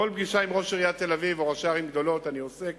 בכל פגישה עם ראש עיריית תל-אביב או ראשי ערים גדולות אני עוסק